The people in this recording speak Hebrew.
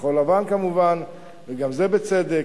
כחול-לבן כמובן, וגם זה בצדק.